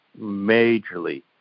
majorly